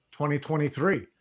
2023